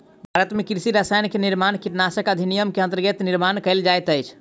भारत में कृषि रसायन के निर्माण कीटनाशक अधिनियम के अंतर्गत निर्माण कएल जाइत अछि